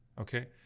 okay